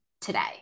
today